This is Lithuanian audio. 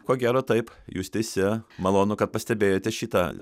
ko gero taip jūs teisi malonu kad pastebėjote šitą